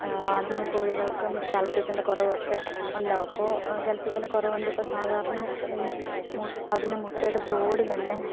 അതിനും കോഴികൾക്കും കാൽസ്യത്തിൻ്റെ കുറവൊക്കെ ഉണ്ടാവും അപ്പോൾ കാൽസ്യത്തിൻ്റെ കുറവ് ഉണ്ട് ഇപ്പം സാധാരണ ഈ അതിൻ്റെ മുട്ടയുടെ തോട് തന്നെ